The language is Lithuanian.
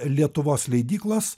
lietuvos leidyklos